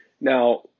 Now